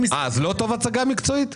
לא טוב הצגה מקצועית?